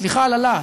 סליחה על הלהט.